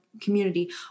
community